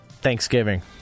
Thanksgiving